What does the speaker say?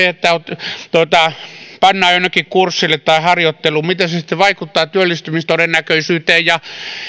että pannaan jonnekin kurssille tai harjoitteluun sitten vaikuttaa työllistymistodennäköisyyteen ja